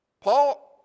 Paul